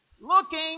looking